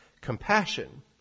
compassion